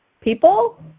people